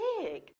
big